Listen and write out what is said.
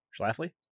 Schlafly